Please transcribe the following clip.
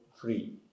free